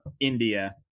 India